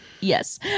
Yes